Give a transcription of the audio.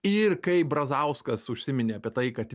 ir kai brazauskas užsiminė apie tai kad